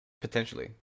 Potentially